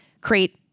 create